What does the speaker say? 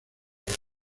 los